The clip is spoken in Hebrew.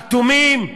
אטומים?